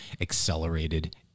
accelerated